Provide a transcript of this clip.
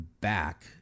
back